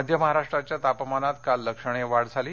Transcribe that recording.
मध्य महाराष्ट्राच्या तापमानात काल लक्षणीय वाढ झाली